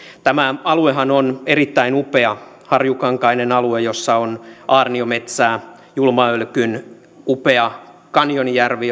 tämä aluehan on erittäin upea harjukankainen alue missä on aarniometsää julman ölkyn upea kanjonijärvi